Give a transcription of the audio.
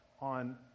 on